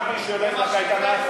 רק מי שהולך, זה מה שיקרה?